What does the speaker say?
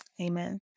Amen